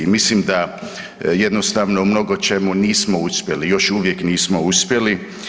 Mislim da jednostavno u mnogočemu nismo uspjeli, još uvijek nismo uspjeli.